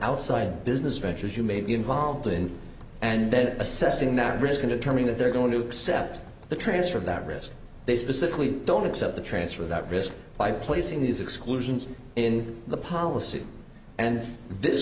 outside business ventures you may be involved in and then assessing that risk in determining that they're going to accept the transfer of that risk they specifically don't accept the transfer of that risk by placing these exclusions in the policy and this